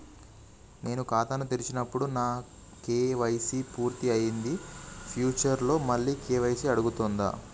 నేను ఖాతాను తెరిచినప్పుడు నా కే.వై.సీ పూర్తి అయ్యింది ఫ్యూచర్ లో మళ్ళీ కే.వై.సీ అడుగుతదా?